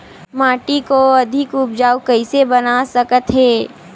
माटी को अधिक उपजाऊ कइसे बना सकत हे?